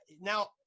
Now